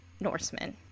Norsemen